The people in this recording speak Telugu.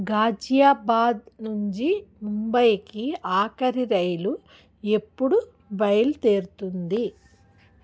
గాజియాబాద్ నుండి ముంబైకి ఆఖరి రైలు ఎప్పుడు బయలుదేరుతుంది